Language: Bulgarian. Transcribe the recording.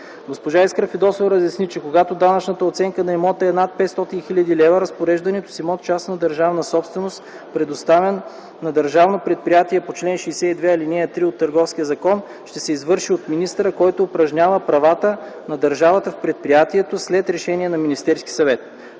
Госпожа Искра Фидосова разясни, че когато данъчната оценка на имота е над 500 хил. лв., разпореждането с имота – частна държавна собственост, предоставен на държавно предприятие по чл. 62, ал. 3 от Търговския закон, ще се извърши от министъра, който упражнява правата на държавата в предприятието след решение на Министерския съвет.